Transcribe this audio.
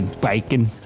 bacon